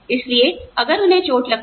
इसलिए अगर उन्हें चोट लगती है